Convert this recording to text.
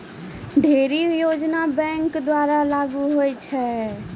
ढ़ेरी योजना बैंक द्वारा लागू होय छै